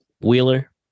Wheeler